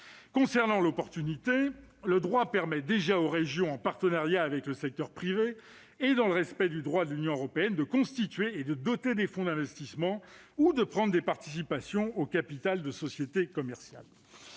Concernant l'opportunité, le droit permet déjà aux régions, en partenariat avec le secteur privé et dans le respect du droit de l'Union européenne, de constituer et de doter des fonds d'investissement ou de prendre des participations directes au capital de sociétés commerciales.